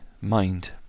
Mind